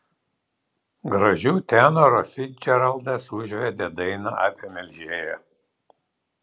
gražiu tenoru ficdžeraldas užvedė dainą apie melžėją